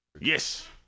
Yes